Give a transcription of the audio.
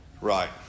Right